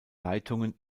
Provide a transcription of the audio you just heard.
leitungen